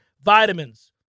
vitamins